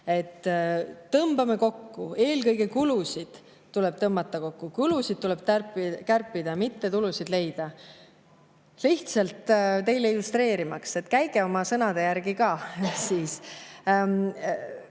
et tõmbame kokku, eelkõige kulusid tuleb tõmmata kokku, kulusid tuleb kärpida, mitte tulusid leida. Lihtsalt teile illustreerimaks [toon näite ja ütlen], et käige